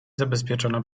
zabezpieczona